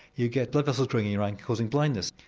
you get blood vessels growing in your eye, and causing blindness.